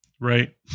right